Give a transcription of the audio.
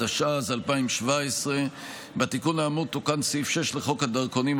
התשע"ז 2017. בתיקון האמור תוקן סעיף 6 לחוק הדרכונים,